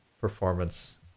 performance